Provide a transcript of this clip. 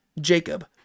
jacob